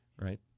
right